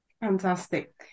Fantastic